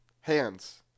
Hands